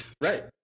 Right